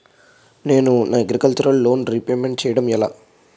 నేను నా agriculture loan repayment చేయడం ఎలా?